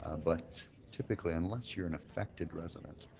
ah but tip chi unless you're an affected resident,